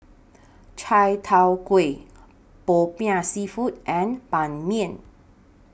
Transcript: Chai Tow Kway Popiah Seafood and Ban Mian